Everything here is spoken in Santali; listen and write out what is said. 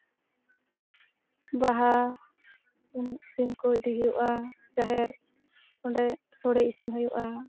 ᱵᱟᱦᱟ ᱥᱤᱢ ᱠᱚ ᱤᱫᱤ ᱦᱩᱭᱩᱜᱼᱟ ᱡᱟᱦᱮᱨ ᱚᱸᱰᱮ ᱥᱚᱲᱮ ᱤᱥᱤᱱ ᱦᱩᱭᱩᱜᱼᱟ